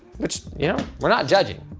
which yeah we're not judging.